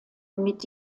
mit